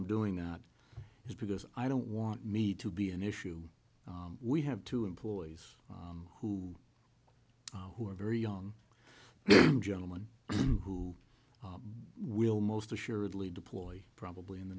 i'm doing out is because i don't want me to be an issue we have two employees who who are very young gentleman who will most assuredly deploy probably in the